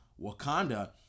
Wakanda